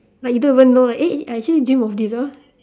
like you don't even know [what] eh I actually dream of this ah